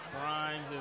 crimes